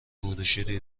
بروشوری